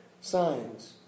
signs